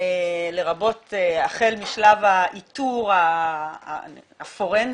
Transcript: החל משלב האיתור הפורנזי,